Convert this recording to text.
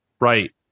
Right